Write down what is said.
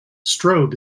strobe